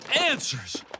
answers